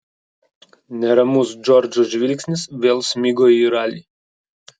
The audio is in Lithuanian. neramus džordžo žvilgsnis vėl smigo į ralį